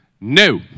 no